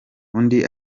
undi